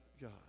God